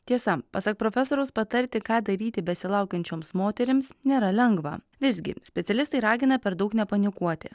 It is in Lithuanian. tiesa pasak profesoriaus patarti ką daryti besilaukiančioms moterims nėra lengva visgi specialistai ragina per daug nepanikuoti